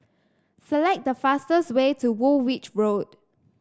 select the fastest way to Woolwich Road